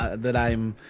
that i'm